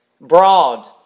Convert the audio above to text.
broad